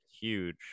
huge